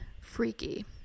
freaky